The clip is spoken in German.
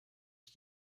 ich